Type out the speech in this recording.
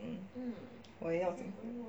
嗯我也要进步